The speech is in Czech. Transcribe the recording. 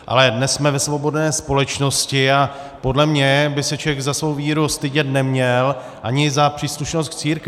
Ale dnes jsme ve svobodné společnosti a podle mě by se člověk za svou víru stydět neměl, ani za příslušnost k církvi.